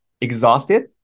exhausted